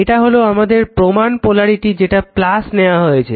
এটা হলো আমাদের প্রমান পোলারিটি যেটা নেওয়া হয়েছে